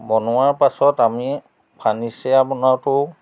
বনোৱাৰ পাছত আমি ফাৰ্ণনিচাৰ বনোৱাটো